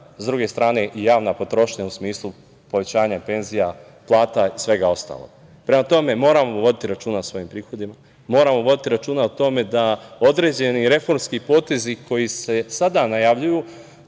s druge strane veća i javna potrošnja u smislu povećanja penzija, plata i svega ostalog. Prema tome, moramo voditi računa o svojim prihodima, moramo voditi računa o tome da određeni reformski potezi koji se sada najavljuju